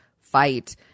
fight